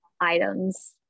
items